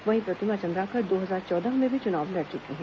वहीं प्रतिमा चंद्राकर दो हजार चौदह में भी चुनाव लड़ चुकी हैं